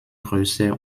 größer